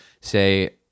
say